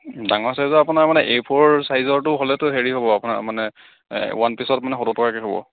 ডাঙৰ চাইজৰ আপোনাৰ মানে এ ফ'ৰ চাইজৰটো হ'লেতো হেৰি হ'ব আপোনাৰ মানে ওৱান পিচত মানে সত্তৰ টকাকৈ হ'ব